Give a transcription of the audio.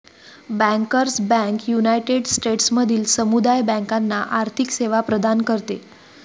bankers bank united स्टेट्समधील समुदाय बँकांना आर्थिक सेवा प्रदान करते